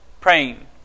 praying